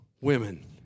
women